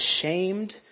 ashamed